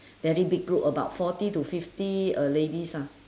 very big group about forty to fifty uh ladies ah